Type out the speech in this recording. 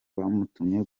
bamutumye